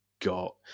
got